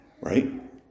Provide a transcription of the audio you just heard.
Right